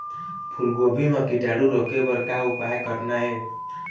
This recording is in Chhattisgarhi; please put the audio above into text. फूलगोभी म कीटाणु रोके बर का उपाय करना ये?